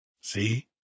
see